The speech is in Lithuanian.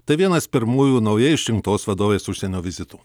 tai vienas pirmųjų naujai išrinktos vadovės užsienio vizitų